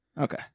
Okay